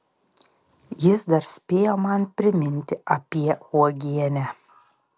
jis dar spėjo man priminti apie uogienę